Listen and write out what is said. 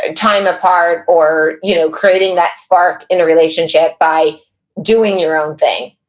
ah time apart, or you know, creating that spark in a relationship by doing your own thing,